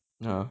ya